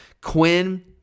Quinn